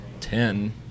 ten